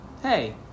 hey